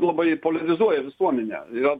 labai politizuoja visuomenę jog